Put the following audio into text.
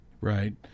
Right